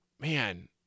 man